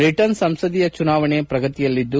Britain ಸಂಸದೀಯ ಜುನಾವಣೆ ಪ್ರಗತಿಯಲ್ಲಿದ್ದು